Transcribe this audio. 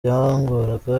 byangoraga